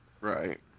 Right